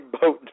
boat